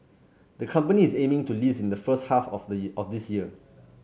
the company is aiming to list in the first half of the of this year